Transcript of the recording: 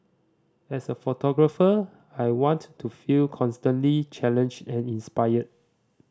as a photographer I want to feel constantly challenged and inspired